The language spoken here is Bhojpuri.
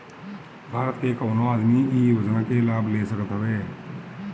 भारत के कवनो आदमी इ योजना के लाभ ले सकत हवे